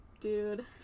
dude